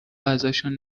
ازشون